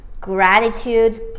gratitude